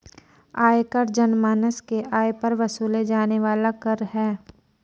आयकर जनमानस के आय पर वसूले जाने वाला कर है